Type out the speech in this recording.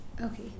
Okay